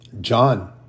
John